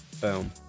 Boom